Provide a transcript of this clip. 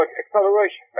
acceleration